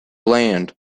land